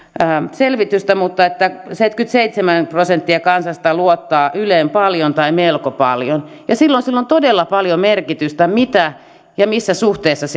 selvitystä että seitsemänkymmentäseitsemän prosenttia kansasta luottaa yleen paljon tai melko paljon silloin sillä on todella paljon merkitystä mitä ja missä suhteessa